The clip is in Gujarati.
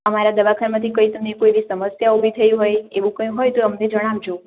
અમારા દવાખાનામાંથી કોઈ તમને કોઈ એવી સમસ્યા ઉભી થઈ હોય એવું કઈ હોય તો અમને જણાવજો